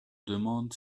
demande